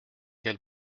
quel